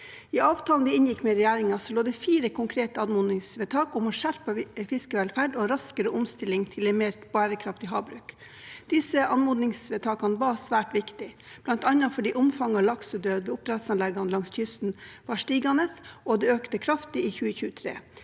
I avtalen vi inngikk med regjeringen, lå det fire konkrete anmodningsvedtak om skjerpet fiskevelferd og raskere omstilling til et mer bærekraftig havbruk. Disse anmodningsvedtakene var svært viktige, bl.a. fordi omfanget av laksedød i oppdrettsanleggene langs kysten var stigende, og det økte kraftig i 2023.